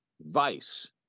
Vice